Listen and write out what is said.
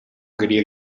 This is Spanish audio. quería